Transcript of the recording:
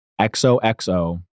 XOXO